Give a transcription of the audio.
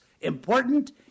important